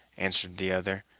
answered the other,